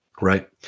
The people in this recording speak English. right